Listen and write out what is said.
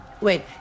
Wait